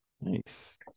Nice